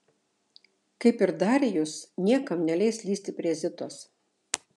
kaip ir darijus niekam neleis lįsti prie zitos